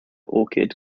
orchid